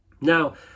Now